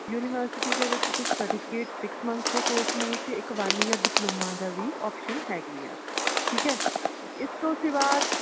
university ਦੇ ਵਿੱਚ ਕੁਛ ਸਰਟੀਫਿਕੇਟ ਸਿਕਸ ਮੰਨਥ ਦੇ ਕੋਰਸ ਨੇ ਅਤੇ ਇੱਕ ਵਨ ਈਅਰ ਡਿਪਲੋਮਾ ਦਾ ਵੀ ਓਪਸ਼ਨ ਹੈਗੀ ਆ ਠੀਕ ਹੈ ਇਸ ਤੋਂ ਸਿਵਾ